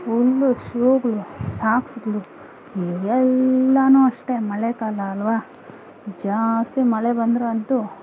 full ಶೂಗಳು ಸಾಕ್ಸ್ಗಳು ಎಲ್ಲವೂ ಅಷ್ಟೇ ಮಳೆಗಾಲ ಅಲ್ವ ಜಾಸ್ತಿ ಮಳೆ ಬಂದ್ರು ಅಂತೂ